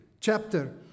chapter